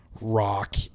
rock